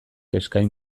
eskain